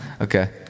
Okay